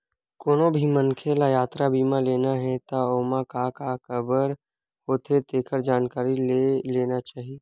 कोनो भी मनखे ल यातरा बीमा लेना हे त ओमा का का कभर होथे तेखर जानकारी ले लेना चाही